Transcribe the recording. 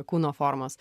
kūno formos